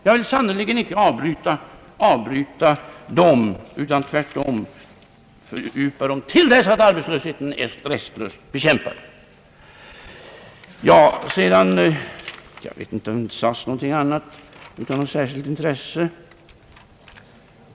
Jag vill sannerligen icke avbryta dem, utan jag vill tvärtom fördjupa dem till dess arbetslösheten är restlöst bekämpad. Jag vet inte om det sagts något annat av särskilt intresse.